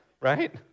right